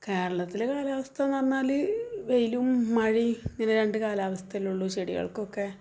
കേരളത്തിലെ കാലാവസ്ഥയെന്നു പറഞ്ഞാൽ വെയിലും മഴയും ഇങ്ങനെ രണ്ട് കാലാവസ്ഥയേയുള്ളൂ ചെടികൾക്കൊക്കെ